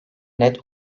net